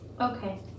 Okay